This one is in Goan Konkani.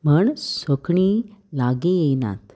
म्हण सोकणीं लागीं येयनात